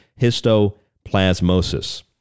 histoplasmosis